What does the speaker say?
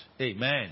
Amen